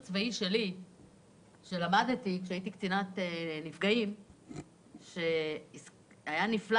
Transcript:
שלמדתי כשהייתי קצינת נפגעים שהיה נפלא